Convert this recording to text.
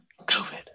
COVID